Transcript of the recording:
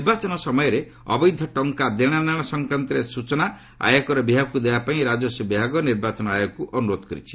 ନିର୍ବାଚନ ସମୟରେ ଅବୈଧ ଟଙ୍କା ଦେଶନେଣ ସଂକ୍ରାନ୍ତରେ ସୂଚନା ଆୟକର ବିଭାଗକୁ ଦେବା ପାଇଁ ରାଜସ୍ୱ ବିଭାଗ ନିର୍ବାଚନ ଆୟୋଗକୁ ଅନୁରୋଧ କରିଛି